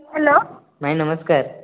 hello ମାଇଁ ନମସ୍କାର ନମସ୍କାର